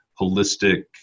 holistic